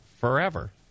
forever